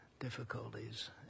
difficulties